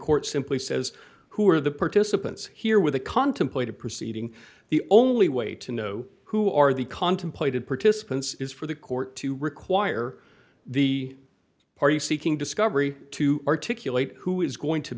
court simply says who are the participants here with a contemplated proceeding the only way to know who are the contemplated participants is for the court to require the party seeking discovery to articulate who is going to